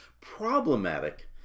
problematic